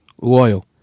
loyal